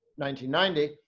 1990